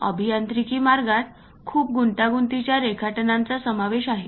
अभियांत्रिकी मार्गात खूप गुंतागुंतीच्या रेखाटनांचा समावेश आहे